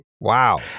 Wow